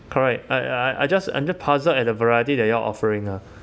correct I I I'm just I'm just puzzled at the variety that you all are offering uh